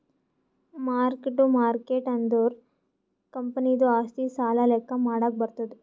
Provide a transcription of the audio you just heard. mark ಟ್ಟು market ಅಂದುರ್ ಕಂಪನಿದು ಆಸ್ತಿ, ಸಾಲ ಲೆಕ್ಕಾ ಮಾಡಾಗ್ ಬರ್ತುದ್